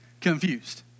confused